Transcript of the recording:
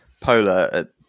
polar